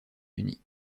unis